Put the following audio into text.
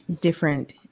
different